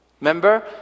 Remember